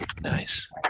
Nice